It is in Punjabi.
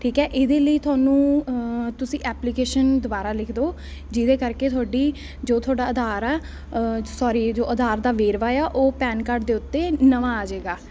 ਠੀਕ ਹੈ ਇਹਦੇ ਲਈ ਤੁਹਾਨੂੰ ਤੁਸੀਂ ਐਪਲੀਕੇਸ਼ਨ ਦੁਬਾਰਾ ਲਿਖ ਦਓ ਜਿਹਦੇ ਕਰਕੇ ਤੁਹਾਡੀ ਜੋ ਤੁਹਾਡਾ ਆਧਾਰ ਆ ਸੋਰੀ ਜੋ ਆਧਾਰ ਦਾ ਵੇਰਵਾ ਆ ਉਹ ਪੈਨ ਕਾਰਡ ਦੇ ਉੱਤੇ ਨਵਾਂ ਆ ਜਾਏਗਾ